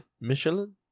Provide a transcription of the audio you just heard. Michelin